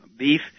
beef